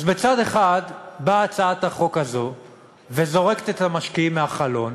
אז מצד אחד באה הצעת החוק הזו וזורקת את המשקיעים מהחלון,